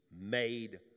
made